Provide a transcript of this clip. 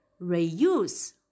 Reuse